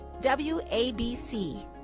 WABC